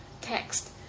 text